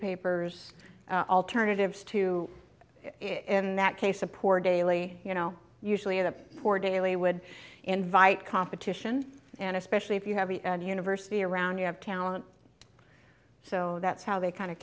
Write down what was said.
papers alternatives to in that case a poor daily you know usually the poor daily would invite competition and especially if you have a university around you have talent so that's how they kind of